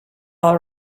all